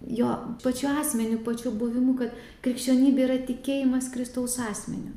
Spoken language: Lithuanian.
jo pačiu asmeniu pačiu buvimu kad krikščionybė yra tikėjimas kristaus asmeniu